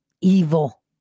evil